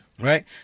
right